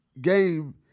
game